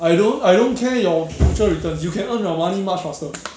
I don't I don't care your future return you can earn your money much faster